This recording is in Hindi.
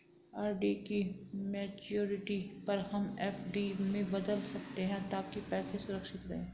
आर.डी की मैच्योरिटी पर हम एफ.डी में बदल सकते है ताकि पैसे सुरक्षित रहें